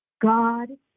God